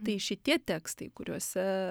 tai šitie tekstai kuriuose